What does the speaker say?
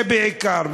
זה בעיקר.